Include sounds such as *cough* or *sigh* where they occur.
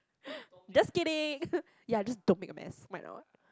just kidding *noise* ya just don't make a mess